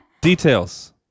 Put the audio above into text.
Details